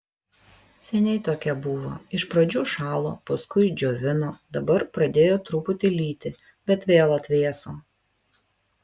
seniai tokie buvo iš pradžių šalo paskui džiovino dabar pradėjo truputį lyti bet vėl atvėso